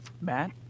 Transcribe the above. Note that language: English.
Matt